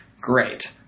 Great